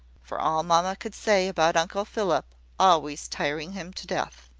for all mamma could say about uncle philip always tiring him to death.